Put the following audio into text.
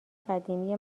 قدیمی